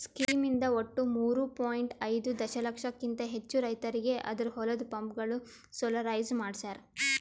scheme ಇಂದ ಒಟ್ಟು ಮೂರೂ ಪಾಯಿಂಟ್ ಐದೂ ದಶಲಕ್ಷಕಿಂತ ಹೆಚ್ಚು ರೈತರಿಗೆ ಅವರ ಹೊಲದ ಪಂಪ್ಗಳು ಸೋಲಾರೈಸ್ ಮಾಡಿಸ್ಯಾರ್